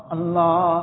Allah